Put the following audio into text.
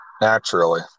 Naturally